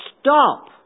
stop